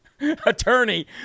attorney